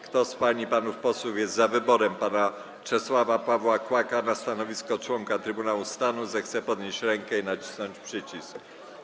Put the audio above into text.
Kto z pań i panów posłów jest za wyborem pana Czesława Pawła Kłaka na stanowisko członka Trybunału Stanu, zechce podnieść rękę i nacisnąć przycisk.